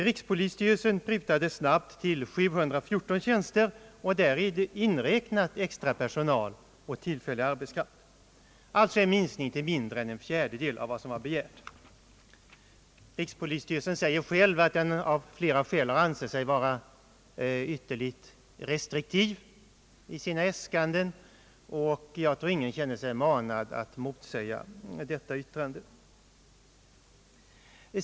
Rikspolisstyrelsen prutade snabbt till 714 tjänster, däri inräknat extrapersonal och tillfällig arbetskraft; alltså en minskning till mindre än en fjärdedel av vad som begärts. Rikspolisstyrelsen säger själv, att den av flera skäl ansett sig böra vara ytterligt restriktiv i sina äskanden, och jag tror att ingen känner sig manad att motsäga det yttrandet.